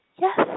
Yes